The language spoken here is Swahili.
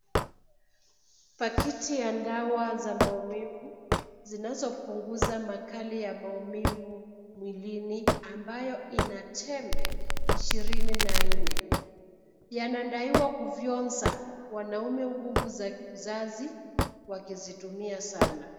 Pakiti ya dawa za maumivu zinazopunguza makali ya maumivu mwilini ambayo ina tembe 24. Yanadaiwa kufyonza wanaume nguvu za uzazi wakizitumia sana.